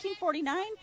1949